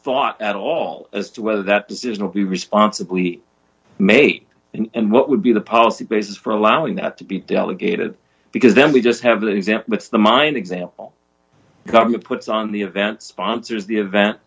thought at all as to whether that decision will be responsibly mate and what would be the policy basis for allowing that to be delegated because then we just have the example with the mind example government puts on the event sponsors the event